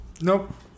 Nope